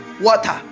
water